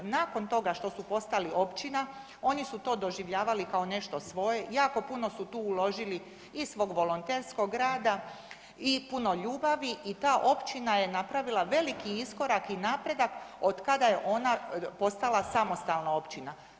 Nakon toga što su postali općina oni su to doživljavali kao nešto svoje, jako puno su tu uložili i svog volonterskog rada i puno ljubavi i ta općina je napravila veliki iskorak i napredak od kada je ona postala samostalna općina.